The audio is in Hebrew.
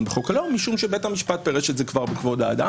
בחוק הלאום משום שבית המשפט פירש את זה כבר בכבוד האדם,